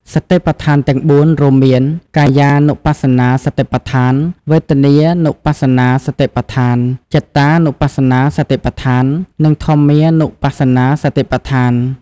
សតិប្បដ្ឋានទាំង ៤ រួមមាន កាយានុបស្សនាសតិប្បដ្ឋាន វេទនានុបស្សនាសតិប្បដ្ឋាន ចិត្តានុបស្សនាសតិប្បដ្ឋាន និងធម្មមានុបស្សនាសតិប្បដ្ឋាន។